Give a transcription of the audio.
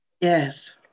Yes